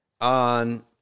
On